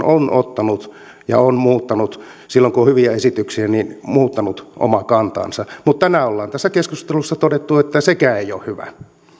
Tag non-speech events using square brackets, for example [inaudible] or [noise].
[unintelligible] on ottanut ja silloin kun on hyviä esityksiä on muuttanut omaa kantaansa mutta tänään ollaan tässä keskustelussa todettu että sekään ei ole hyvä